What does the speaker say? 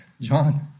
John